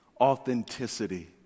authenticity